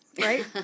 right